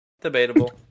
Debatable